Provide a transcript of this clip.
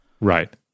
Right